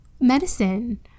medicine